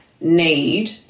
need